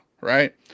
right